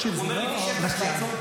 הוא אומר לי: תשב,